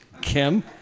Kim